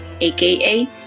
aka